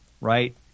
right